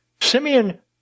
Simeon